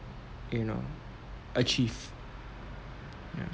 you know achieve